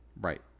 Right